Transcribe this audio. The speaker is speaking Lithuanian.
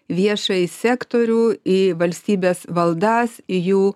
viešąjį sektorių į valstybės valdas į jų